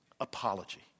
apology